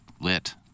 lit